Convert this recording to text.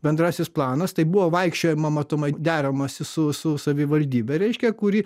bendrasis planas tai buvo vaikščiojama matomai deramasi su su savivaldybe reiškia kuri